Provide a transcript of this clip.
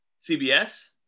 CBS